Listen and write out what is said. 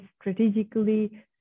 strategically